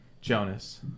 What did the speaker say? Jonas